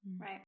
Right